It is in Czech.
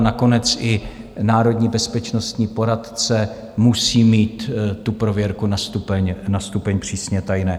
Nakonec i Národní bezpečnostní poradce musí mít tu prověrku na stupeň na stupeň přísně tajné.